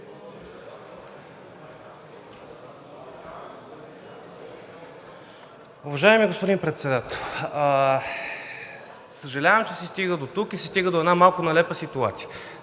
Уважаеми господин Председател, съжалявам, че се стига дотук и се стига до една малко нелепа ситуация.